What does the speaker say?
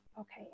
Okay